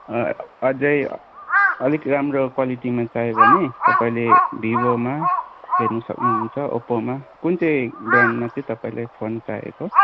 अझै अलिक राम्रो क्वालिटीमा चाहियो भने तपाईँले भिभोमा हेर्न सक्नुहुन्छ ओप्पोमा कुन चाहिँ ब्रान्डमा चाहिँ तपाईँलाई फोन चाहिएको